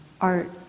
art